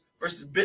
versus